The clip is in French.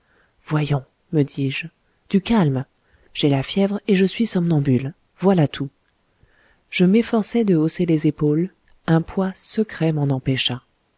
voyons me dis-je du calme j'ai la fièvre et je suis somnambule voilà tout je m'efforçai de hausser les épaules un poids secret m'en empêcha